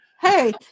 Hey